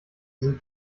sind